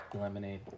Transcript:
lemonade